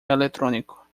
eletrônico